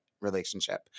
relationship